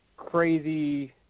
crazy